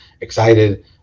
excited